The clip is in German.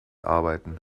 arbeiten